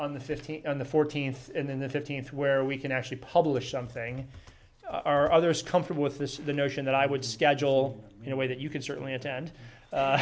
on the fifteenth on the fourteenth and then the fifteenth where we can actually publish something our others comfortable with this is the notion that i would schedule in a way that you can certainly attend